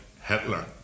Hitler